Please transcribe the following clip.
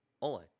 on